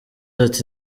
ati